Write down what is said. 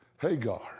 Hagar